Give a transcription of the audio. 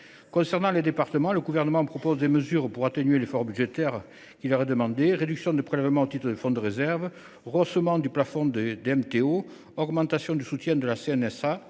S’agissant des départements, le Gouvernement propose des mesures pour atténuer l’effort budgétaire qui leur est demandé